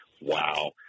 Wow